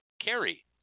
carry